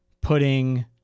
putting